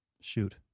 Shoot